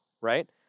Right